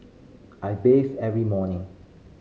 I bathe every morning